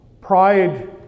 Pride